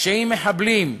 שעם מחבלים,